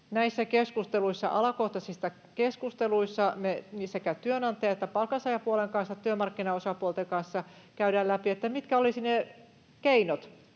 näissä alakohtaisissa keskusteluissa me käydään läpi sekä työnantaja- että palkansaajapuolen kanssa — työmarkkinaosapuolten kanssa — mitkä olisivat ne keinot